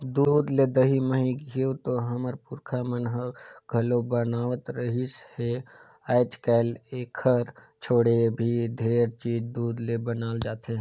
दूद ले दही, मही, घींव तो हमर पूरखा मन ह घलोक बनावत रिहिस हे, आयज कायल एखर छोड़े भी ढेरे चीज दूद ले बनाल जाथे